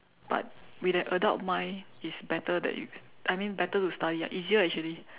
but with that adult mind it's better that you I mean better to study ya easier actually